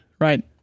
right